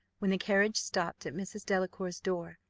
when the carriage stopped at mrs. delacour's door,